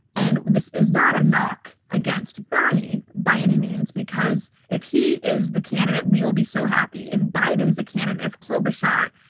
and this is not a knock against bernie by any means, because if he is the candidate, we will be so happy if biden's a candidate, if klobuchar,